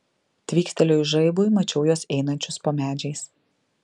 tvykstelėjus žaibui mačiau juos einančius po medžiais